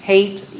Hate